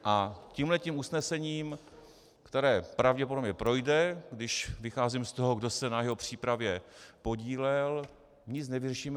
A tímhle tím usnesením, které pravděpodobně, když vycházím z toho, kdo se na jeho přípravě podílel, nic nevyřešíme.